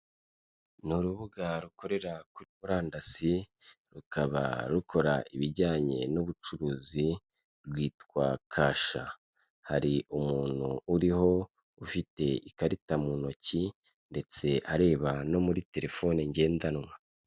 Ni urubuga rukorera kuri murandasi, rukaba rukora ibijyanye n'ubucuruzi, rwitwa Kasha, hari umuntu uriho ufite ikarita mu ntoki ndetse areba no muri telefone ngendanwa.